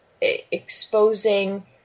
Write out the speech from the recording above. exposing